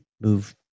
Move